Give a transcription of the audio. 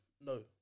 No